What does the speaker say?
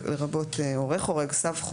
סב חורג.